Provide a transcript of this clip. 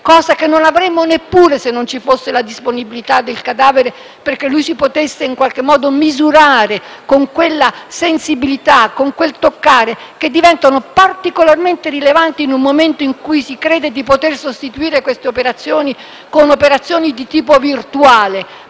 cosa che non avremmo neppure se non ci fosse la disponibilità del cadavere, perché lui possa misurarsi con quella sensibilità, con quel toccare che diventano particolarmente rilevanti nel momento in cui si crede di poter sostituire queste operazioni con operazioni di tipo virtuale